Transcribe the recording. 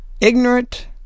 ignorant